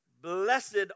Blessed